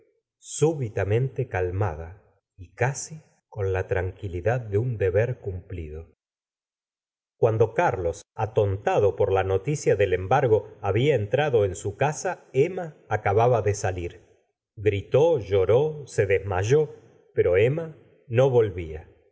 súbitamente calmada y casi con la tranquilidad de un deber cumplido cuando carlos atontado por la noticia del embargo babia entrado en su casa emma acababa de salir gritó lloró se desmayó pero emma no volvía